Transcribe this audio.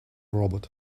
robot